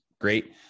Great